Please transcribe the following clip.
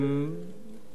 שהאומות המאוחדות